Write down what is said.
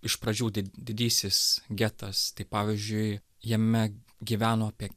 iš pradžių di didysis getas tai pavyzdžiui jame gyveno apie